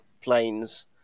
planes –